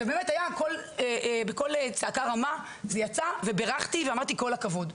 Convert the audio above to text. וזה יצא בקול צעקה רמה ובירכתי ואמרתי כל הכבוד.